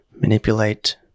manipulate